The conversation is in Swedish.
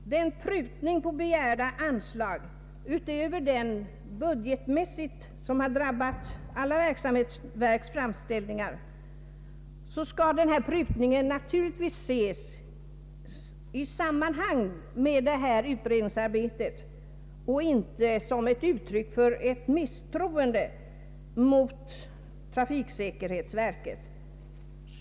Den prutning på begärda anslag som skett utöver den som vid budgetbehandlingen har drabbat alla framställningar från verken skall naturligtvis ses i sammanhang med detta utredningsarbete och inte som ett uttryck för ett misstroende mot trafiksäkerhetsverket.